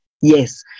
Yes